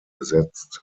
besetzt